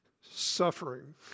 suffering